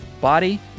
body